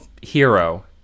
hero